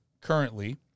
currently